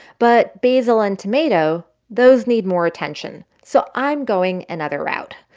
but basil and tomato those need more attention, so i'm going another route.